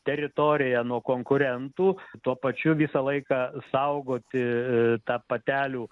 teritoriją nuo konkurentų tuo pačiu visą laiką saugoti tą patelių